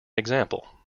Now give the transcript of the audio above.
example